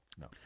No